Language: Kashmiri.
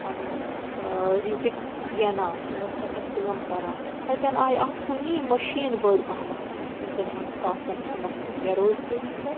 پَنٕنۍ ٲں رِزق زینان تِم ٲسۍ تَتیٚن کٲم کَران تَتیٚن آیہِ اَکھ کُنی مِشیٖن بٔڑ پَہمَتھ یِیٚمۍ زَن یِمَن ساسَن نَفرَن بےٚ روزگٲری کٔر